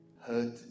hurt